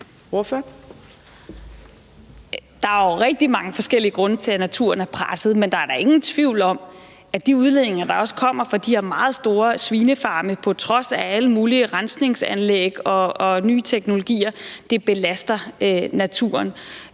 forskellige grunde til, at naturen er presset. Men der er da ingen tvivl om, at de udledninger, der også kommer fra de her meget store svinefarme, på trods af alle mulige rensningsanlæg og nye teknologier belaster naturen;